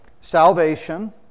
salvation